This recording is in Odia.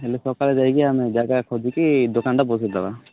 ହେଲେ ସକାଳେ ଯାଇକି ଆମେ ଜାଗା ଖୋଜିକି ଦୋକାନଟା ବସାଇ ଦେବା